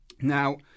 Now